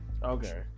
Okay